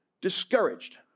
discouraged